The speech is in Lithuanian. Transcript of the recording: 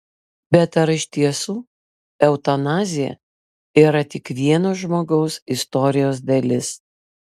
bet ar iš tiesų eutanazija yra tik vieno žmogaus istorijos dalis